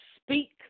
speak